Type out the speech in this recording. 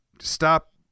stop